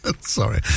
Sorry